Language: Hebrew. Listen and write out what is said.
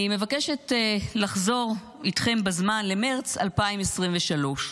אני מבקשת לחזור איתכם בזמן למרץ 2023,